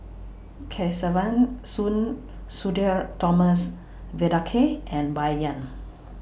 Kesavan Soon Sudhir Thomas Vadaketh and Bai Yan